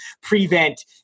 prevent